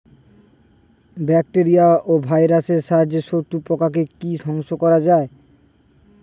Bacteria ও ভাইরাসের সাহায্যে শত্রু পোকাকে কি ধ্বংস করা যায়?